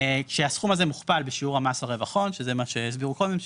כשהסכום הזה מוכפל בשיעור המס הרווח הון שזה מה שהסבירו קודם,